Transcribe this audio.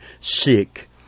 sick